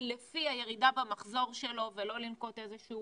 לפי הירידה במחזור שלו ולא לנקוט איזה שהוא